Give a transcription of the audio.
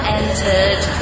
entered